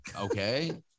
Okay